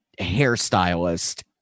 hairstylist